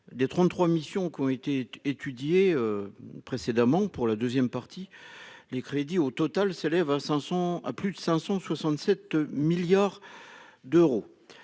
Des 33 mission qui ont été étudiées. Précédemment pour la deuxième partie. Les crédits au total s'élève à 500, à plus de 567 milliards d'euros